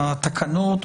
התקנות,